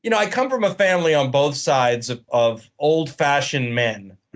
you know i come from a family on both sides of old fashioned men.